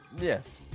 Yes